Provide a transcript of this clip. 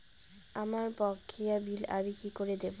আমার বকেয়া বিল আমি কি করে দেখব?